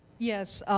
yes.